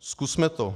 Zkusme to.